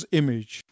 image